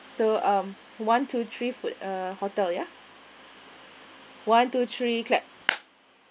so um one two three foot hotel ya one two three clap